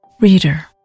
Reader